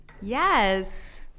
Yes